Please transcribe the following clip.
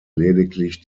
lediglich